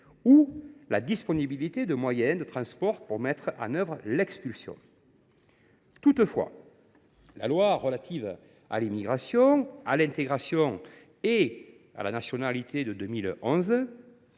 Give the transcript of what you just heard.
ou la disponibilité d’un moyen de transport pour mettre en œuvre l’expulsion. Toutefois, la loi relative à l’immigration, à l’intégration et à la nationalité de 2011